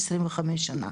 25 שנה,